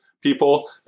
people